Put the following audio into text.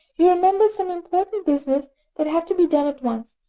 you remembered some important business that had to be done at once,